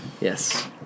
yes